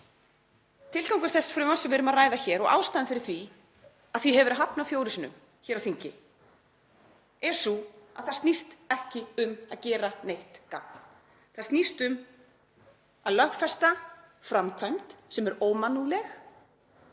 Tilgangur þess frumvarps sem við erum að ræða og ástæðan fyrir því að því hefur verið hafnað fjórum sinnum hér á þingi er sú að það snýst ekki um að gera neitt gagn. Það snýst um að lögfesta framkvæmd sem er ómannúðleg